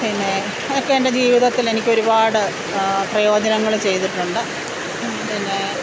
പിന്നേ അതൊക്കെ എൻ്റെ ജീവിതത്തില് എനിക്ക് ഒരുപാട് പ്രയോജനങ്ങൾ ചെയ്തിട്ടുണ്ട് പിന്നേ